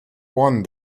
won